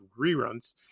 reruns